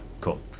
Cool